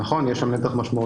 נכון, יש שם נתח משמעותי.